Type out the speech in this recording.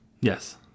Yes